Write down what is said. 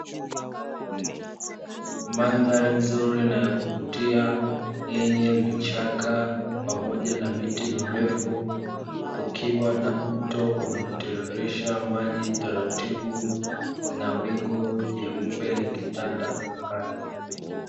Mandhari nzuri na ya kuvutia, yenye vichaka pamoja na miti mirefu, kukiwa na mto unaotiririsha maji taratibu na wingu jeupe likitanda angani.